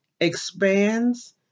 expands